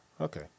Okay